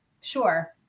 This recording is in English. Sure